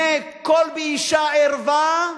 מ"קול באשה ערווה"